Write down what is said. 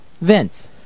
Vince